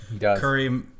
Curry